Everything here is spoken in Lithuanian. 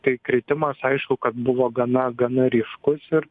tai kritimas aišku kad buvo gana gana ryškus ir